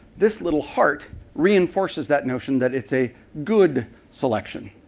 this little heart reinforces that notion that it's a good selection.